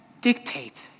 dictate